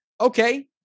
okay